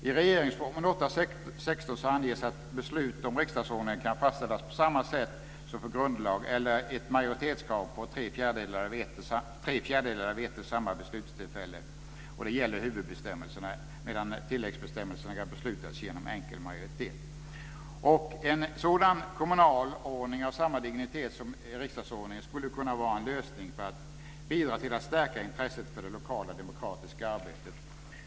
I regeringsformens 8 kap. 16 § anges att beslut om riksdagsordningen kan fastställas på samma sätt som för grundlag eller genom en majoritet på tre fjärdedelar vid ett och samma beslutstillfälle. Det gäller huvudbestämmelserna, medan tilläggsbestämmelserna kan beslutas om genom enkel majoritet. En sådan kommunalordning av samma dignitet som riksdagsordningen skulle kunna vara en lösning för att bidra till att stärka intresset för det lokala demokratiska arbetet.